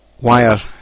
wire